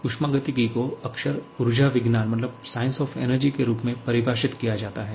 ऊष्मागतिकी को अक्सर ऊर्जा विज्ञान के रूप में परिभाषित किया जाता है